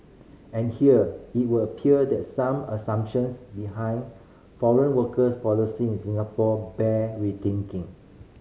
and here it would appear that some assumptions behind foreign worker policies in Singapore bear rethinking